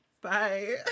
Bye